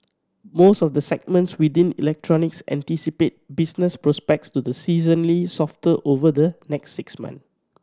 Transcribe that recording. most of the segments within electronics anticipate business prospects to the seasonally softer over the next six months